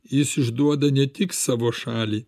jis išduoda ne tik savo šalį